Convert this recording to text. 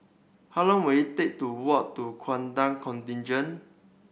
how long will it take to walk to Gurkha Contingent